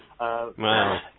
wow